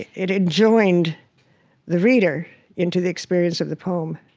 it enjoined the reader into the experience of the poem.